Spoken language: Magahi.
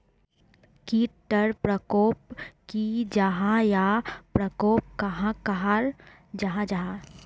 कीट टर परकोप की जाहा या परकोप कहाक कहाल जाहा जाहा?